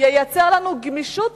ייצר גמישות